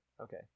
Okay